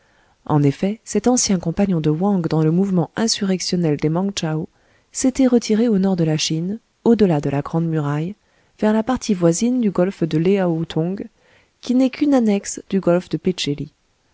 en effet cet ancien compagnon de wang dans le mouvement insurrectionnel des mang tchao s'était retiré au nord de la chine au-delà de la grande muraille vers la partie voisine du golfe de léao tong qui n'est qu'une annexe du golfe de